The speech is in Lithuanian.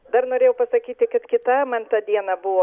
dar norėjau pasakyti kad kita man tą dieną buvo